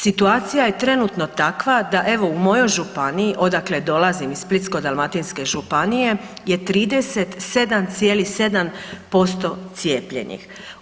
Situacija je trenutno takva da evo u mojoj županiji odakle dolazim iz Splitsko-dalmatinske županije je 37,7% cijepljenih.